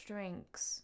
Drinks